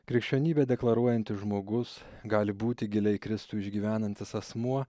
krikščionybę deklaruojantis žmogus gali būti giliai kristų išgyvenantis asmuo